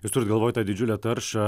jus turit galvoj tą didžiulę taršą